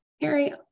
Harry